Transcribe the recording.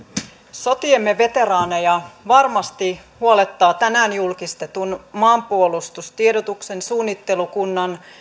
sotiemme veteraaneja varmasti huolettaa tänään julkistetun maanpuolustustiedotuksen suunnittelukunnan